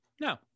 No